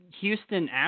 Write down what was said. Houston